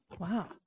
wow